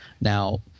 now